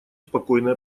спокойной